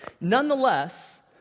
Nonetheless